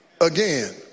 again